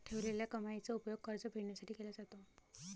ठेवलेल्या कमाईचा उपयोग कर्ज फेडण्यासाठी केला जातो